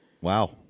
wow